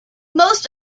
most